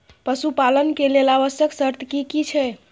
पशु पालन के लेल आवश्यक शर्त की की छै?